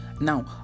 now